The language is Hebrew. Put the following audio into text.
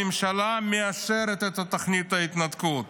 הממשלה מאשרת את תוכנית ההתנתקות,